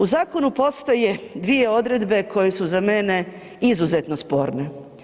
U zakonu postoje dvije odredbe koje su za mene izuzetno sporne.